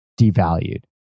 devalued